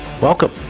Welcome